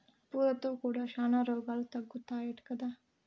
పూలతో కూడా శానా రోగాలు తగ్గుతాయట కదా